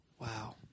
Wow